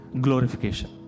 glorification